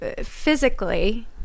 physically